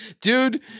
Dude